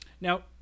Now